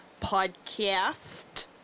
podcast